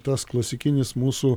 tas klasikinis mūsų